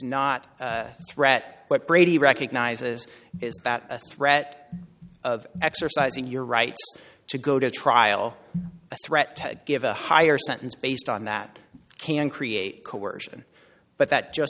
not threat what brady recognizes is that a threat of exercising your right to go to trial a threat to give a higher sentence based on that can create coercion but that just